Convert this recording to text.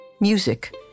Music